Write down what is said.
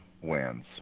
wins